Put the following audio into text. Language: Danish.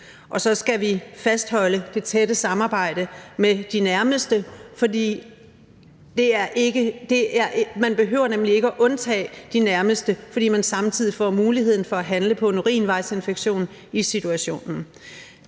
Og så skal vi fastholde det tætte samarbejde med de nærmeste, for man behøver nemlig ikke at undtage de nærmeste, fordi man samtidig får muligheden for at handle på en urinvejsinfektion i situationen.